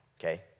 okay